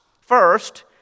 first